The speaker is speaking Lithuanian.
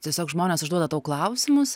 tiesiog žmonės užduoda tau klausimus